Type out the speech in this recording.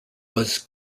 was